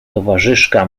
towarzyszka